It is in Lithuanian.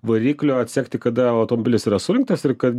variklio atsekti kada automobilis yra surinktas ir kad